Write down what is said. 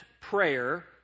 prayer